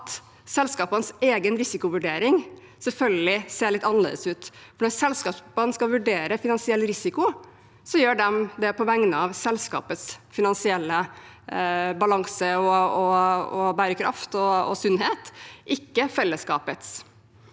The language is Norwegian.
selskapenes egen risikovurdering selvfølgelig ser litt annerledes ut. Når selskapene skal vurdere finansiell risiko, gjør de det på vegne av selskapets finansielle balanser, bærekraft og sunnhet, ikke fellesskapets.